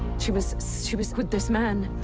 she was. she was with this man.